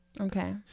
Okay